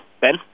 Ben